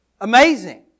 amazing